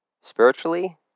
Spiritually